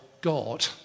God